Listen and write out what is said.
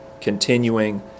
continuing